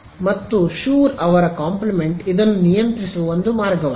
ಮತ್ತು ಶುರ್ ಅವರ ಕಾಂಪ್ಲಿಮೆಂಟ್ ಇದನ್ನು ನಿಯಂತ್ರಿಸುವ ಒಂದು ಮಾರ್ಗವಾಗಿದೆ